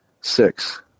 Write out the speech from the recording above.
six